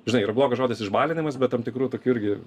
žinai yra blogas žodis išbalinimas bet tam tikru tokiu irgi